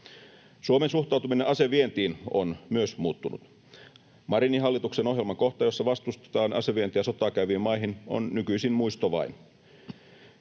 Suomen suhtautuminen asevientiin on myös muuttunut. Marinin hallituksen ohjelman kohta, jossa vastustetaan asevientiä sotaa käyviin maihin, on nykyisin muisto vain.